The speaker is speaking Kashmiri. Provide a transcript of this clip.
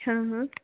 چھا نہَ حظ